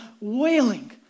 wailing